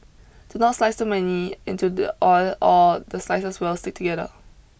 do not slice too many into the oil or the slices will stick together